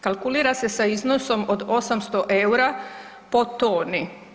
Kalkulira se sa iznosom od 800 eura po toni.